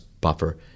buffer